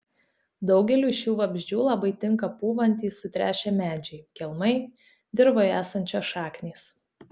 daugeliui šių vabzdžių labai tinka pūvantys sutrešę medžiai kelmai dirvoje esančios šaknys